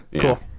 Cool